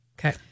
Okay